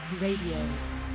Radio